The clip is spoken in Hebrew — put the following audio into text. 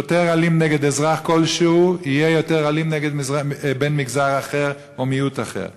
שוטר אלים נגד אזרח כלשהו יהיה יותר אלים נגד בן מגזר אחר או מיעוט אחר.